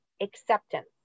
Acceptance